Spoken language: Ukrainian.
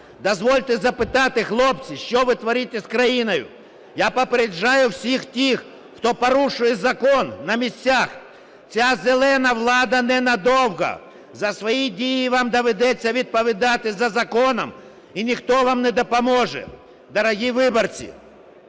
Дозвольте запитати, хлопці, що ви творите з країною. Я попереджаю всіх тих, хто порушує закон на місцях, ця "зелена влада" ненадовго, за свої дії вам доведеться відповідати за законом, і ніхто вам не допоможе. Дорогі виборці,